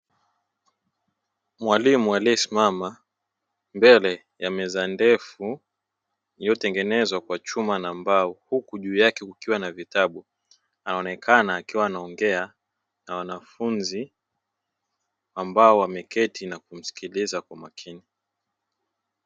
Mwalimu aliyesimama mbele ya meza ndefu, iliyotengenezwa kwa chuma na mbao, huku juu yake kukiwa na vitabu, anaonekana akiwa anaongea na wanafunzi ambao wameketi na kumsikiliza kwa makini.